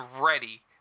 ready